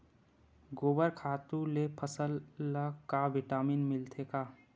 गोबर खातु ले फसल ल का विटामिन मिलथे का?